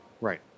Right